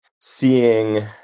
seeing